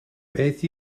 beth